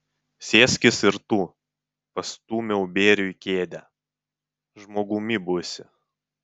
sėskis ir tu pastūmiau bėriui kėdę žmogumi būsi